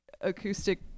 acoustic